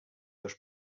dos